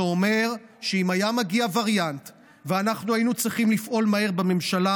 זה אומר שאם היה מגיע וריאנט ואנחנו היינו צריכים לפעול מהר בממשלה,